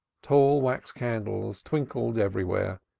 tall wax-candles twinkled everywhere,